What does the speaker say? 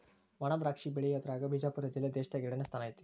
ವಣಾದ್ರಾಕ್ಷಿ ಬೆಳಿಯುದ್ರಾಗ ಬಿಜಾಪುರ ಜಿಲ್ಲೆ ದೇಶದಾಗ ಎರಡನೇ ಸ್ಥಾನ ಐತಿ